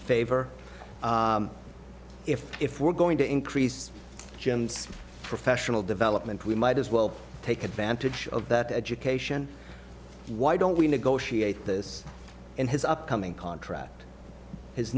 favor if if we're going to increase jem's professional development we might as well take advantage of that education why don't we negotiate this in his upcoming contract his